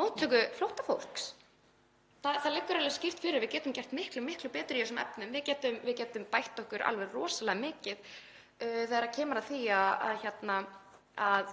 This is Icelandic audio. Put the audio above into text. móttöku flóttafólks. Það liggur alveg skýrt fyrir að við getum gert miklu betur í þessum efnum. Við getum bætt okkur alveg rosalega mikið þegar kemur að því að